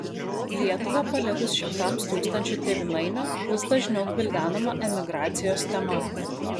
lietuvą palikus šimtams tūkstančių tėvynainių vis dažniau gvildenama emigracijos tema